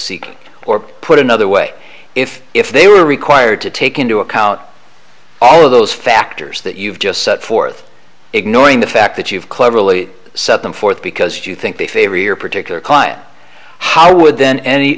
seeking or put another way if if they were required to take into account all of those factors that you've just set forth ignoring the fact that you've cleverly set them forth because you think they favor your particular client how would then any